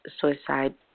suicide